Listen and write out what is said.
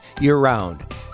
year-round